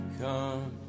come